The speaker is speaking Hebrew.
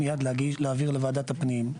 מיד להעביר לוועדת הפנים,